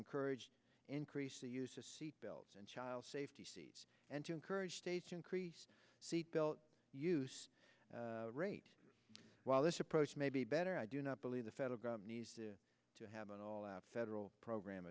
encourage increased the use of seat belts and child safety seats and to encourage states to increase seatbelt use rate while this approach may be better i do not believe the federal government to have an all out federal program